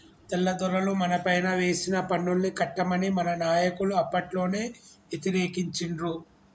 తెల్లదొరలు మనపైన వేసిన పన్నుల్ని కట్టమని మన నాయకులు అప్పట్లోనే యతిరేకించిండ్రు